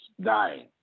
dying